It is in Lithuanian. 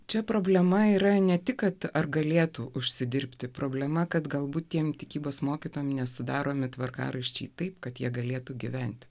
čia problema yra ne tik kad ar galėtų užsidirbti problema kad galbūt tiems tikybos mokytojams nes sudaromi tvarkaraščiai taip kad jie galėtų gyventi